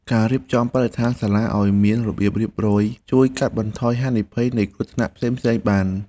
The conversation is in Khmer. ការរៀបចំបរិស្ថានសាលាឱ្យមានរបៀបរៀបរយជួយកាត់បន្ថយហានិភ័យនៃគ្រោះថ្នាក់ផ្សេងៗបាន។